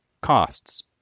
Costs